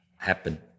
happen